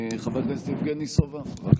חבר הכנסת יבגני סובה, בבקשה.